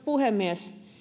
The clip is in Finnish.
puhemies